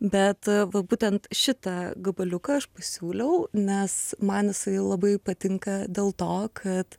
bet va būtent šitą gabaliuką aš pasiūliau nes man jisai labai patinka dėl to kad